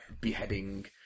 beheading